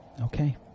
Okay